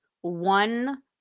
one